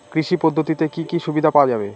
কৃষি পদ্ধতিতে কি কি সুবিধা পাওয়া যাবে?